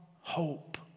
hope